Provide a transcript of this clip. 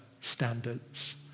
standards